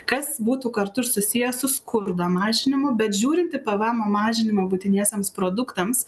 kas būtų kartu ir susiję su skurdo mažinimu bet žiūrint į pvmo mažinimą būtiniesiems produktams